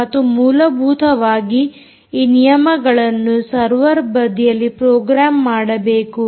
ಮತ್ತು ಮೂಲಭೂತವಾಗಿ ಈ ನಿಯಮಗಳನ್ನು ಸರ್ವರ್ ಬದಿಯಲ್ಲಿ ಪ್ರೋಗ್ರಾಮ್ ಮಾಡಬೇಕು